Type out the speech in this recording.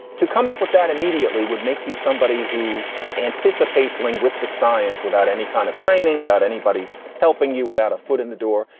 to come up with that immediately would make you somebody who anticipates linguistic science without any kind of training, without anybody helping you, without a foot in the door.